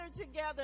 together